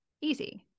easy